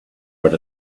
what